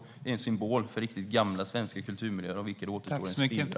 Det är en symbol för riktigt gamla svenska kulturmiljöer av vilka det återstår en spillra.